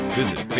visit